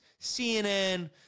CNN